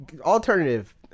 alternative